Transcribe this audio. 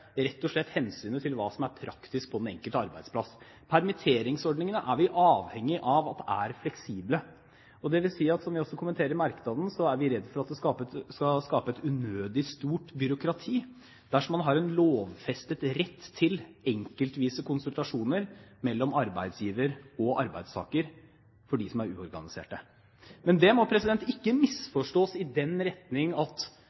rett og slett hensynet til hva som er praktisk på den enkelte arbeidsplass. Vi er avhengige av at permitteringsordningene er fleksible. Det vil si – som vi også kommenterer i merknadene – at vi er redd for at det skal skape et unødig stort byråkrati dersom man har en lovfestet rett til enkeltvise konsultasjoner mellom arbeidsgiver og arbeidstaker for dem som er uorganiserte. Men det må ikke misforstås i den retning at